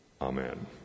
Amen